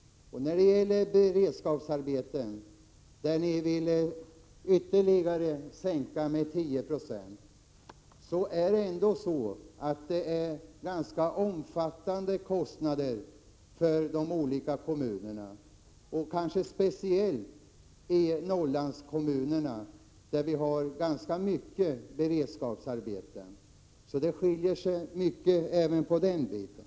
Beredskapsarbetena, där ni vill sänka bidraget med ytterligare 10 96, innebär ändå ganska omfattande kostnader för kommunerna — kanske speciellt i Norrlandskommunerna, där vi har många beredskapsarbeten. Det skiljer alltså mycket även på den biten.